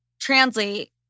translate